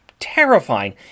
terrifying